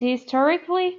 historically